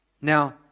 Now